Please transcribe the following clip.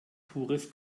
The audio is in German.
pures